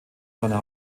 seiner